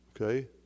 okay